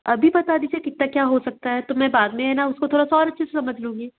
अभी बता दीजिए कितना क्या हो सकता है तो मैं बाद में है न उसको थोड़ा सा और अच्छे से समझ लूँगी